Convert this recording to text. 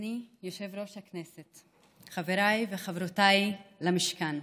אדוני יושב-ראש הכנסת, חבריי וחברותיי למשכן,